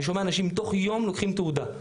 אני שומע אנשים תוך יום לוקחים תעודה.